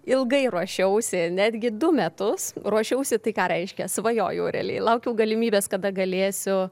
ilgai ruošiausi netgi du metus ruošiausi tai ką reiškia svajojau realiai laukiau galimybės kada galėsiu